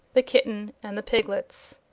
the kitten and the piglets.